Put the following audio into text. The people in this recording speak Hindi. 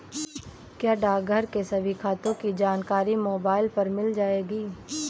क्या डाकघर के सभी खातों की जानकारी मोबाइल पर मिल जाएगी?